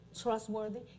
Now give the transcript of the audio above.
Trustworthy